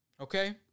okay